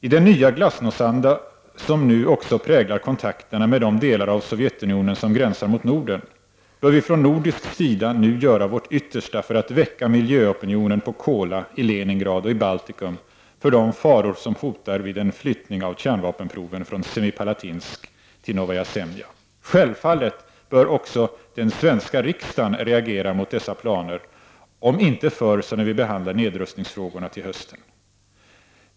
I den nya glasnostanda som nu också präglar kontakterna med de delar av Sovjetunionen som gränsar mot Norden bör vi från nordisk sida nu göra vårt yttersta för att väcka miljöopinionen på Kola, i Leningrad och i Baltikum för de faror som hotar vid en flyttning av kärnvapenproven från Semipalatinsk till Novaja Semlja. Självfallet bör också den svenska riksdagen reagera mot dessa planer, om inte förr så till hösten när vi behandlar nedrustningsfrågorna.